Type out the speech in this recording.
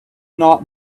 not